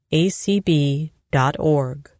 acb.org